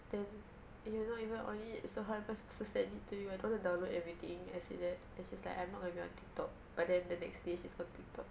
then you're not even on it so how am I supposed to send it to you I don't want to download everything I said that then she's like I'm not going to be on tiktok but then the next day she's on tiktok